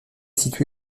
situé